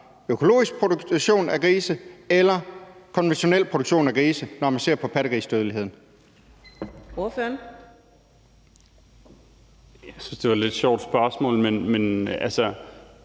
økologisk produktion af grise, eller at vi har en konventionel produktion af grise, når vi ser på pattegrisedødeligheden?